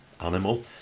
animal